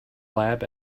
lab